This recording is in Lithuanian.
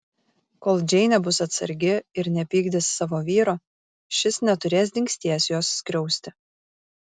kol džeinė bus atsargi ir nepykdys savo vyro šis neturės dingsties jos skriausti